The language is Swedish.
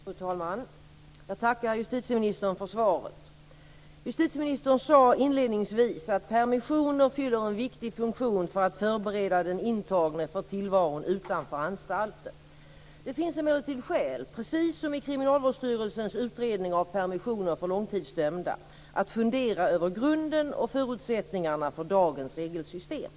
Fru talman! Jag tackar justitieministern för svaret. Justitieministern sade inledningsvis att permissioner "fyller en viktig funktion för att förbereda den intagne för tillvaron utanför anstalten -". Det finns emellertid skäl, precis som framgår av Kriminalvårdsstyrelsens utredning om permissioner för långtidsdömda, att fundera över grunden och förutsättningarna för dagens regelsystem.